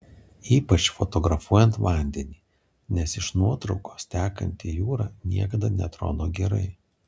ypač fotografuojant vandenį nes iš nuotraukos tekanti jūra niekada neatrodo gerai